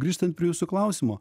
grįžtant prie jūsų klausimo